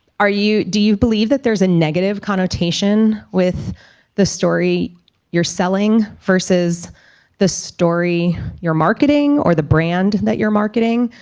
you do you believe that there's a negative connotation with the story you're selling versus the story, your marketing or the brand that you're marketing.